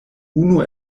unu